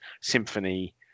Symphony